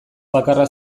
bakarra